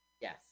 Yes